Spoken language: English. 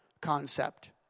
concept